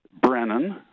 Brennan